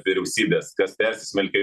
vyriausybės kas persismelkia